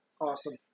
Awesome